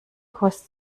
kurs